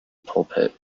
pulpit